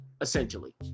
essentially